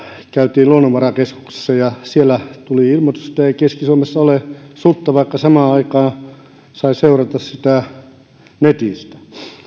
käytiin luonnonvarakeskuksessa ja sieltä tuli ilmoitus ettei keski suomessa ole sutta vaikka samaan aikaan sitä sai seurata netistä